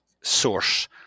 source